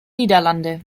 niederlande